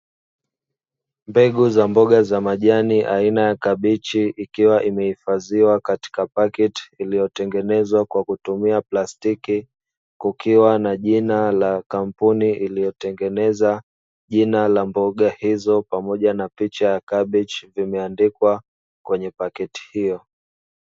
Mbegu za mboga za majani aina ya kabichi ikiwa imehifadhiwa katika paketi iliyotengenezwa kwa kutumia plastiki. Kukiwa na jina la kampuni iliyotengeneza jina la mboga hizo pamoja na picha ya kabeji vimeandikwa kwenye paketi hiyo.